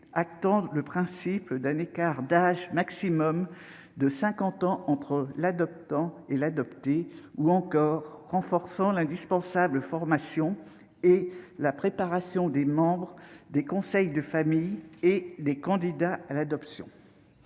pacsés, le principe d'un écart d'âge maximum de 50 ans entre l'adoptant et l'adopté, le renforcement de la formation et de la préparation des membres des conseils de famille et des candidats à l'adoption,